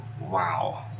Wow